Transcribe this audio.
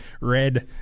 red